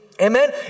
Amen